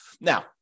Now